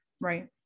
right